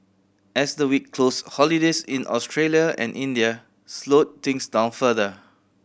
as the week closed holidays in Australia and India slowed things down further